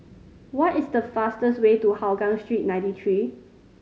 what is the fastest way to Hougang Street Ninety Three